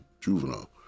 juvenile